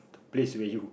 the place where you